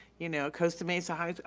you know, costa mesa high,